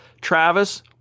Travis